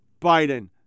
Biden